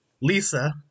Lisa